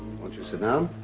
won't you sit down?